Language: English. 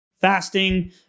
fasting